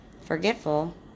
forgetful